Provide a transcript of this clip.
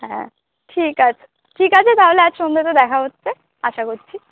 হ্যাঁ ঠিক আছে ঠিক আছে তা হলে আজ সন্ধেতে দেখা হচ্ছে আশা করছি